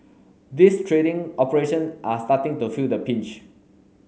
these trading operation are starting to feel the pinch